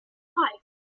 five